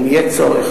אם יהיה צורך,